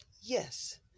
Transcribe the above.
yes